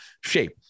shape